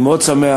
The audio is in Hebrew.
אני מאוד שמח,